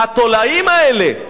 התולעים האלה".